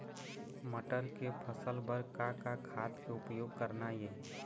मटर के फसल बर का का खाद के उपयोग करना ये?